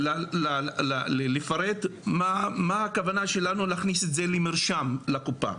צריך לפרט מהי הכוונה שלנו בלהכניס את זה כמרשם לקופה.